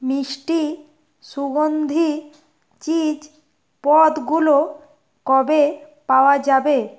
মিষ্টি সুগন্ধি চিজ পদগুলো কবে পাওয়া যাবে